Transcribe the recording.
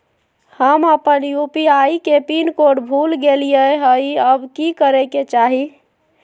हम अपन यू.पी.आई के पिन कोड भूल गेलिये हई, अब की करे के चाही?